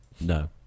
No